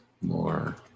more